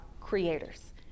creators